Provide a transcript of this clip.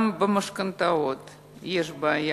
גם במשכנתאות יש בעיה,